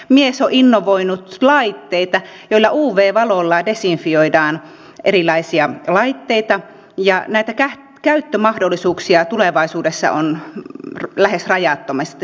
mies on innovoitunut laitteita joilla uv valolla desinfioidaan erilaisia laitteita ja näitä käyttömahdollisuuksia tulevaisuudessa on lähes rajattomasti